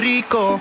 Rico